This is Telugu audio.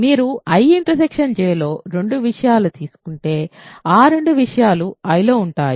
మీరు IJ లో రెండు విషయాలను తీసుకుంటే ఆ రెండు విషయాలు Iలో ఉంటాయి